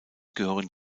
gehören